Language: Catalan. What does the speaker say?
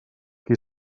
qui